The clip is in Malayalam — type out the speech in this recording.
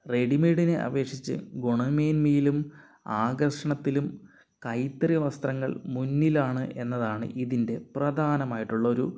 റെഡിമെയ്ഡിനെ അപേക്ഷിച്ച് ഗുണമേന്മയിലും ആകർഷണത്തിലും കൈത്തറി വസ്ത്രങ്ങൾ മുന്നിലാണ് എന്നതാണ് ഇതിൻ്റെ പ്രധാനമായിട്ടുള്ള ഒരു